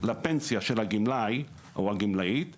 לפנסיה של הגמלאי או הגמלאית נרמסה,